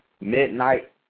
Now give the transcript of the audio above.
midnight